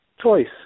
Choice